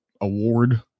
award